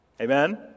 Amen